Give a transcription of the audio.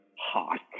hot